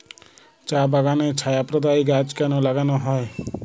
চা বাগানে ছায়া প্রদায়ী গাছ কেন লাগানো হয়?